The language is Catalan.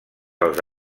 als